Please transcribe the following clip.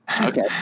Okay